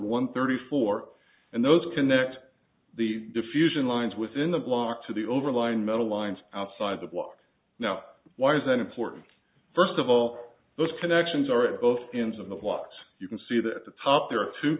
one thirty four and those connect the diffusion lines within the block to the over line metal lines outside the block now why is that important first of all those connections are at both ends of the lot you can see that at the top there